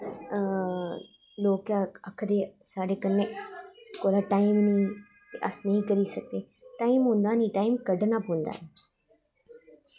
लोकें आखदे साढ़े कन्नै कुदै टाइम नेईं ते अस नेईं करी सकदे टाइम होंदा नेईं टाइम कड्ढनां पौंदा ऐ